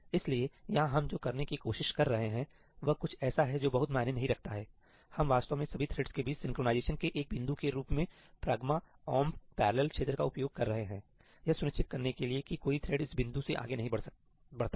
इसलिए यहां हम जो करने की कोशिश कर रहे हैं वह कुछ ऐसा है जो बहुत मायने नहीं रखता है हम वास्तव में सभी थ्रेड्स के बीच सिंक्रनाइज़ेशन के एक बिंदु के रूप में ' pragma omp parallel' क्षेत्र का उपयोग कर रहे हैं ठीक है यह सुनिश्चित करने के लिए कि कोई थ्रेड इस बिंदु से आगे नहीं बढ़ता है